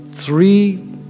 three